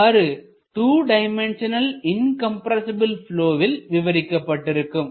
அவ்வாறு 2 dimensional incompressible ப்லொவில் விவரிக்கப்பட்டிருக்கும்